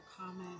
comments